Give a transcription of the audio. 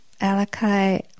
Alakai